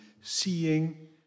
seeing